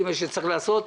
ג' שצריך לעשות,